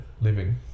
Living